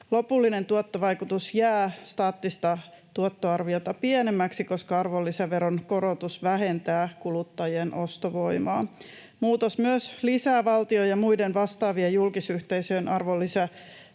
Lopullinen tuottovaikutus jää staattista tuottoarviota pienemmäksi, koska arvonlisäveron korotus vähentää kuluttajien ostovoimaa. Muutos myös lisää valtion ja muiden vastaavien julkisyhteisöjen arvonlisäveromenoja.